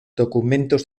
documentos